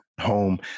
home